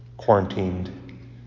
quarantined